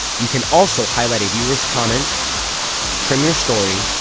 you can also highlight a viewer's comment trim your story